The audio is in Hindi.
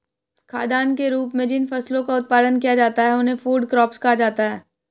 खाद्यान्न के रूप में जिन फसलों का उत्पादन किया जाता है उन्हें फूड क्रॉप्स कहा जाता है